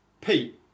Pete